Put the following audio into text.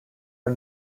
are